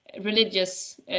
religious